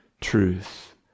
truth